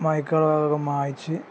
മായിക്കാനുള്ളതൊക്കെ മായിച്ച്